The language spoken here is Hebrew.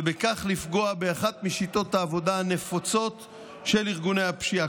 ובכך לפגוע באחת משיטות העבודה הנפוצות של ארגוני הפשיעה.